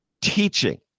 teaching